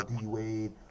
D-Wade